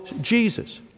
Jesus